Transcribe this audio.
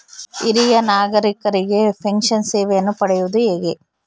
ಹಿರಿಯ ನಾಗರಿಕರಿಗೆ ಪೆನ್ಷನ್ ಸೇವೆಯನ್ನು ಪಡೆಯುವುದು ಹೇಗೆ?